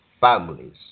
families